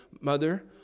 Mother